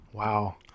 Wow